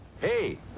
Hey